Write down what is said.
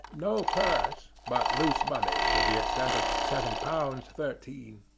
no purse, but loose money to the extent of seven pounds thirteen.